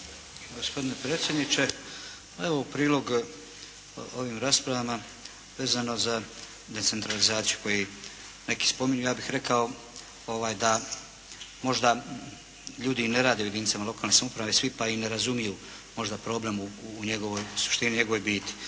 Gospodine predsjedniče, evo u prilog ovim raspravama vezano za decentralizaciju koju neki spominju. Ja bih rekao da možda ljudi i ne rade u jedinicama lokalne samouprave svi pa i ne razumiju možda problem u njegovoj suštini, u njegovoj biti.